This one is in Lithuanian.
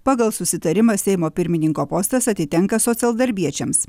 pagal susitarimą seimo pirmininko postas atitenka socialdarbiečiams